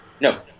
No